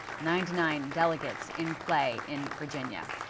ninety nine delegates in play in virginia.